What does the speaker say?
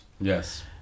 Yes